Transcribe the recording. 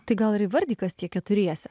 tai gal ir įvardyk kas tie keturiese